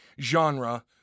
genre